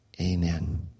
Amen